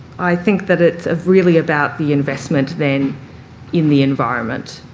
i think that it's really about the investment then in the environment,